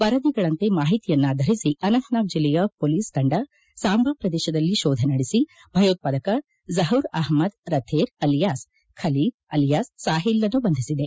ವರದಿಗಳಂತೆ ಮಾಹಿತಿಯನ್ನಾಧರಿಸಿ ಅನಂತನಾಗ್ ಜಿಲ್ಲೆಯ ಮೊಲೀಸ್ ತಂಡ ಸಾಂಬಾ ಪ್ರದೇಶದಲ್ಲಿ ಶೋಧ ನಡೆಸಿ ಭಯೋತ್ವಾದಕ ಜಪೂರ್ ಅಪಮ್ದ್ ರಥೇರ್ ಅಲಿಯಾಸ್ ಖಲೀದ್ ಅಲಿಯಾಸ್ ಸಾಹಿಲ್ನನ್ನು ಬಂಧಿಸಿದೆ